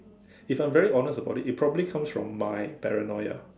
if I'm very honest about it it probably comes from my paranoia